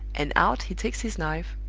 and out he takes his knife,